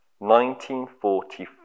1944